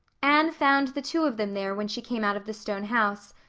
anne found the two of them there when she came out of the stone house,